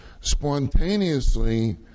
spontaneously